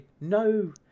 No